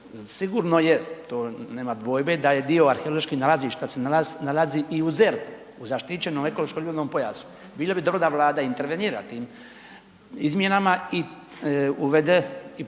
Sigurno je, to nema dvojbe da je dio arheoloških nalazišta se nalazi i u ZERP-u, u zaštićenom ekološkom ribolovnom pojasu. Bilo bi dobro da Vlada intervenira tim izmjenama i uvede